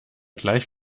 gleich